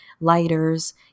lighters